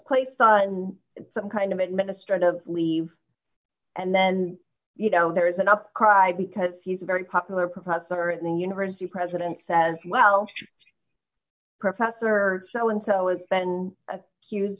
placed on some kind of administrative leave and then you know there is an up cry because he's a very popular professor at the university president says well professor so and so it's been a huge